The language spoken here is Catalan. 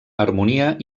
harmonia